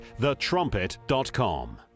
thetrumpet.com